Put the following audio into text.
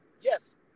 Yes